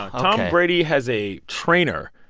um brady has a trainer.